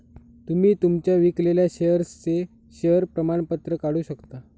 तुम्ही तुमच्या विकलेल्या शेअर्सचे शेअर प्रमाणपत्र काढू शकता